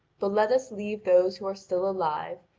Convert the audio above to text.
but let us leave those who are still alive,